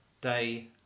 day